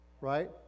right